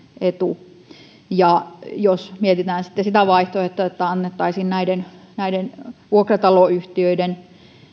etu jos mietitään sitten sitä vaihtoehtoa että annettaisiin näiden näiden vuokrataloyhtiöiden